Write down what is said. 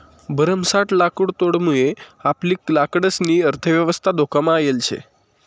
भरमसाठ लाकुडतोडमुये आपली लाकडंसनी अर्थयवस्था धोकामा येल शे